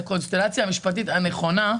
הקונסטלציה המשפטית הנכונה.